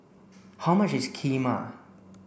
how much is Kheema